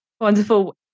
Wonderful